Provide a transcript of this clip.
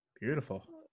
Beautiful